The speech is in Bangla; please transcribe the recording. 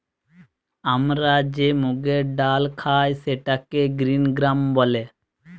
আমরা যে মুগের ডাল খাই সেটাকে গ্রিন গ্রাম বলে